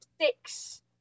six